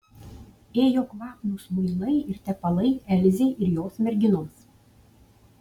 ėjo kvapnūs muilai ir tepalai elzei ir jos merginoms